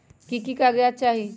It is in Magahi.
की की कागज़ात चाही?